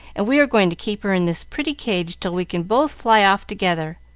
and we are going to keep her in this pretty cage till we can both fly off together.